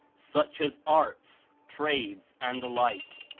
such as arts, trades, and the like.